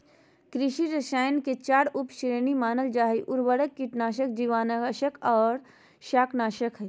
कृषि रसायन के चार उप श्रेणी मानल जा हई, उर्वरक, कीटनाशक, जीवनाशक आर शाकनाशक हई